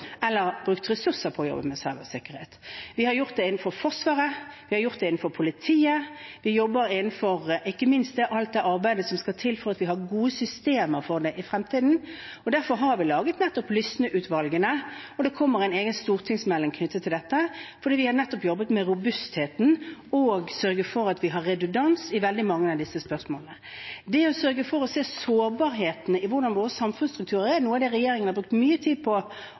Vi har gjort det innenfor Forsvaret, vi har gjort det innenfor politiet. Vi jobber ikke minst med alt det som skal til for at vi har gode systemer for dette i fremtiden. Derfor har vi satt ned Lysne-utvalgene. Det kommer en egen stortingsmelding om dette, nettopp fordi vi har jobbet med robustheten og sørget for at vi har redundans i veldig mange av disse spørsmålene. Det å sørge for å se sårbarhetene i hvordan våre samfunnsstrukturer er, er noe av det regjeringen har brukt mye tid på